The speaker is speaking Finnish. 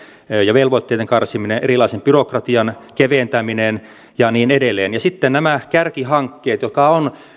ja velvoitteiden karsiminen erilaisen byrokratian keventäminen ja niin edelleen ja sitten ovat nämä kärkihankkeet jotka ovat